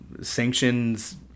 Sanctions